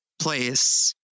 place